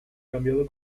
cambiado